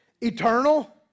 eternal